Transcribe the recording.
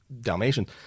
Dalmatians